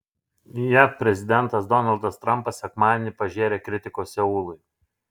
jav prezidentas donaldas trampas sekmadienį pažėrė kritikos seului